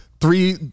three